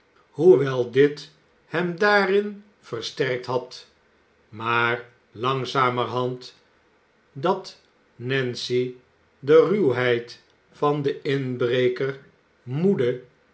hoewel dit hem daarin versterkt had maar langzamerhand dat nancy de ruwheid van den inbreker moede